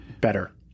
better